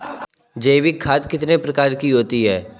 जैविक खाद कितने प्रकार की होती हैं?